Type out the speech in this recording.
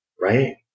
right